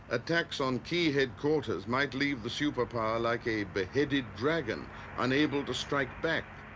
attacks on key headquarters might leave the superpower like a beheaded dragon unable to strike back.